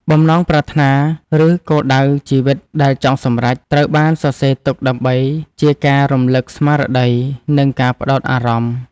បំណងប្រាថ្នា ឬគោលដៅជីវិតដែលចង់សម្រេច ត្រូវបានសរសេរទុកដើម្បីជាការរំលឹកស្មារតី និងការផ្ដោតអារម្មណ៍។